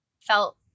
felt